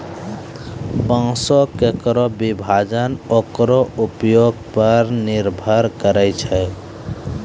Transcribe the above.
बांसों केरो विभाजन ओकरो उपयोग पर निर्भर करै छै